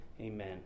Amen